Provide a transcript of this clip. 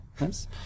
Yes